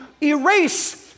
erase